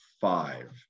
five